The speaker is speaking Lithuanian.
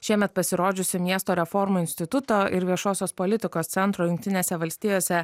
šiemet pasirodžiusi miesto reformų instituto ir viešosios politikos centro jungtinėse valstijose